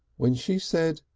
when she said,